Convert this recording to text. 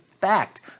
fact